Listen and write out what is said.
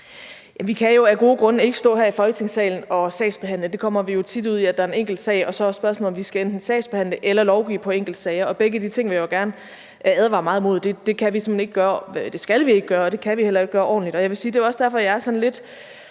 Vi kan jo af gode grunde ikke stå her i Folketingssalen og sagsbehandle. Vi kommer jo tit ud i, at en enkeltsag bliver taget op, og så er det et spørgsmål om, om vi skal sagsbehandle eller lovgive på enkeltsager, og begge de ting vil jeg jo gerne advare meget kraftigt imod. Det skal vi ikke gøre, og vi kan heller ikke gøre det ordentligt. Det er også derfor, jeg altid er lidt